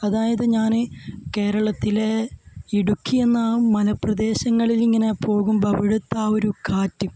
അതായത് ഞാൻ കേരളത്തിലെ ഇടുക്കി എന്ന ആ മലപ്രദേശങ്ങളിങ്ങനെ പോകുമ്പോൾ അവിടുത്തെ ആ ഒരു കാറ്റ്